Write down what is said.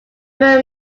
were